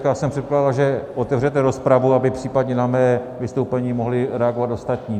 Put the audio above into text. Já jsem předpokládal, že otevřete rozpravu, aby případně na mé vystoupení mohli reagovat ostatní.